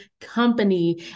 company